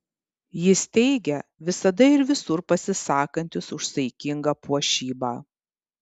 jis teigia visada ir visur pasisakantis už saikingą puošybą